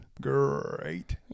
great